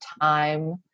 time